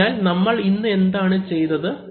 അതിനാൽ നമ്മൾ ഇന്ന് എന്താണ് ചെയ്തത്